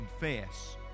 confess